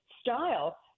style